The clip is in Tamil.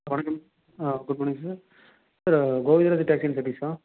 வணக்கம் good morning sir sir Govindaraj taxi சர்வீஸா